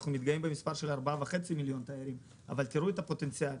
אנחנו מתגאים במספר של 4.5 מיליון תיירים אבל תראו את הפוטנציאל.